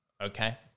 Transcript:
okay